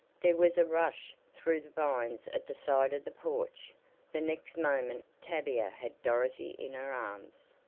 there was a rush through the vines at the side of the porch the next moment tavia had dorothy in her arms.